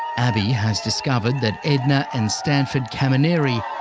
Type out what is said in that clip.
abii has discovered that edna and stanford kamonere